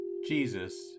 Jesus